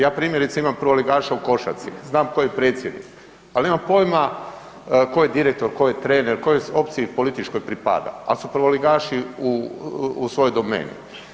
Ja primjerice imam prvoligaša u košarci, znam tko je predsjednik ali nemam pojma tko je direktor, tko je trener, kojoj opciji političkoj pripada, ali su prvoligaši u svojoj domeni.